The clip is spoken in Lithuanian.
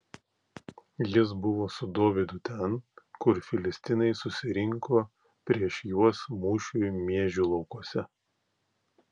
jis buvo su dovydu ten kur filistinai susirinko prieš juos mūšiui miežių laukuose